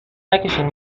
نکشین